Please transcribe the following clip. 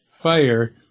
Fire